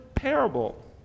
Parable